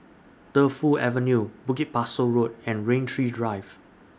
Defu Avenue Bukit Pasoh Road and Rain Tree Drive